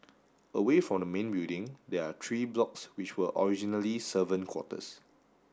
away from the main building there are three blocks which were originally servant quarters